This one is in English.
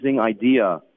idea